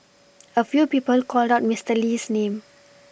a few people called out Mister Lee's name